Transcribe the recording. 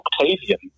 Octavian